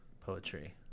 poetry